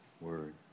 word